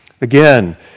Again